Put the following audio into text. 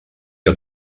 que